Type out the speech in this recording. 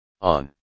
On